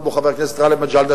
כמו חבר הכנסת גאלב מג'אדלה,